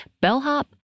bellhop